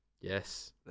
Yes